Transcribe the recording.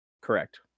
Correct